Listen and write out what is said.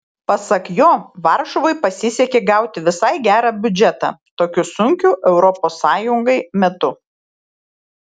pasak jo varšuvai pasisekė gauti visai gerą biudžetą tokiu sunkiu europos sąjungai metu